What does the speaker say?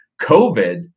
COVID